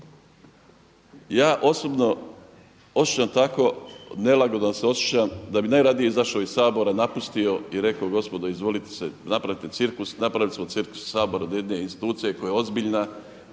Ja osobno osjećam takvu nelagodu da se osjećam da bi najradije izašao iz Sabora, napustio i rekao gospodo izvolite si napraviti cirkus, napravili ste cirkus od Sabora od jedne institucije koja je ozbiljna